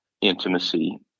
intimacy